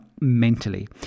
mentally